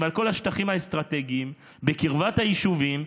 על כל השטחים האסטרטגיים בקרבת היישובים,